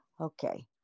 Okay